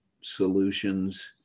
solutions